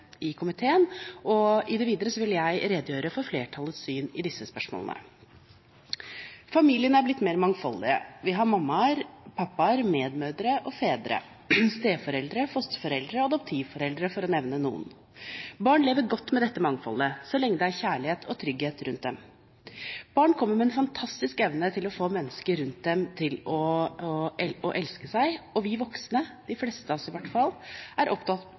fra komiteen, og i det videre vil jeg redegjøre for flertallets syn i disse spørsmålene. Familiene er blitt mer mangfoldige. Vi har mammaer, pappaer, medmødre og medfedre, steforeldre, fosterforeldre og adoptivforeldre, for å nevne noe. Barn lever godt med dette mangfoldet så lenge det er kjærlighet og trygghet rundt dem. Barn kommer med en fantastisk evne til å få mennesker rundt seg til å elske dem, og vi voksne, de fleste av oss i hvert fall, er opptatt av